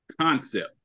concept